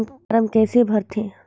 Form कइसे भरते?